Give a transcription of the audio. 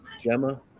gemma